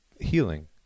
healing